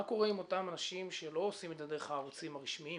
מה קורה עם אותם אנשים שלא עושים את זה דרך הערוצים הרשמיים